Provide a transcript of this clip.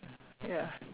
ya